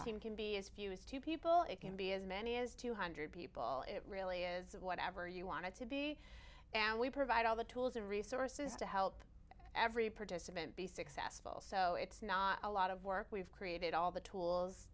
team can be as few as two people it can be as many as two hundred people it really is whatever you want it to be and we provide all the tools and resources to help every participant be successful so it's not a lot of work we've created all the tools